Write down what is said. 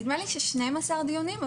נדמה לי ש-12 דיונים.